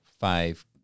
five